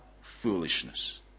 foolishness